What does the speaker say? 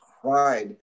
cried